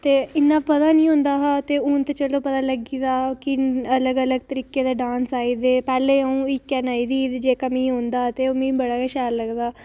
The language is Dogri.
ते इन्ना पता निं होंदा हा ते हून ते चलो पता लग्गी दा कि अलग अलग तरीकै दे डांस आई गेदे पैह्लें अंऊ इक्कै नच्चदी ही ते जेह्का मिगी औंदा हा ते ओह् मिगी बड़ा शैल लगदा हा